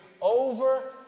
over